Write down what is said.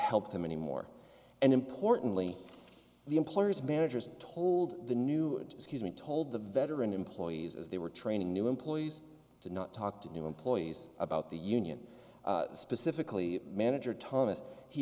help them anymore and importantly the employers managers told the new scheme and told the veteran employees as they were training new employees to not talk to new employees about the union specifically manager thomas he